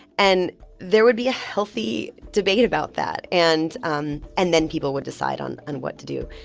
and there would be a healthy debate about that. and um and then people would decide on on what to do.